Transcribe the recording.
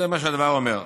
זה מה שהדבר אומר.